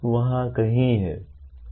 वहां कई हैं